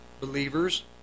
believers